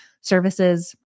services